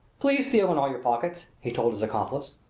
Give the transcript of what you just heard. please feel in all your pockets, he told his accomplice.